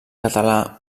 català